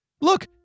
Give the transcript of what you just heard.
Look